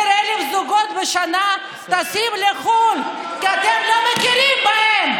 10,000 זוגות בשנה טסים לחו"ל כי אתם לא מכירים בהם.